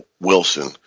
Wilson